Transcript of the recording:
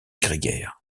grégaire